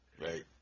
Right